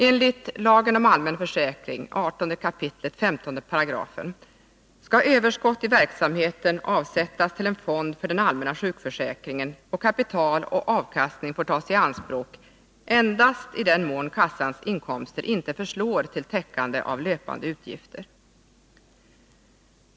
Enligt AFL 18 kap. 15 § skall överskott i verksamheten avsättas till en fond för den allmänna sjukförsäkringen och kapital och avkastning får tas i anspråk endast i den mån kassans inkomster ej förslår till täckande av löpande utgifter.